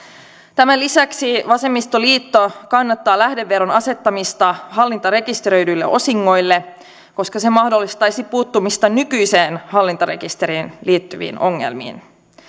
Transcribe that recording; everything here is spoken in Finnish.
tämän lisäksi vasemmistoliitto kannattaa lähdeveron asettamista hallintarekisteröidyille osingoille koska se mahdollistaisi puuttumista nykyiseen hallintarekisteriin liittyviin ongelmiin